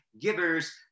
Givers